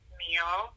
meal